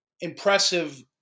impressive